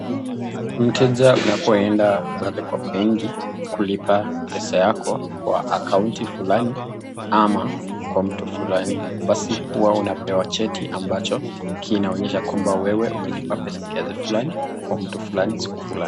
Mteja anapoenda pale kwa benki kulipa pesa yako kwa akaunti basi huwa unapewa cheti ambacho kinaonyesha kwamba wewe umelipa pesa kiasi fulani kwa mtu fulani.